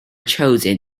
chosen